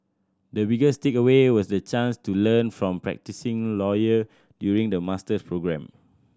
the biggest takeaway was the chance to learn from practising lawyers during the master programme